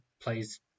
plays